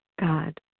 God